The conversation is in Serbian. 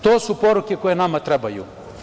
To su poruke koje nama trebaju.